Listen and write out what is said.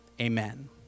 amen